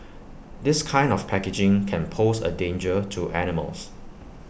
this kind of packaging can pose A danger to animals